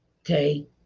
Okay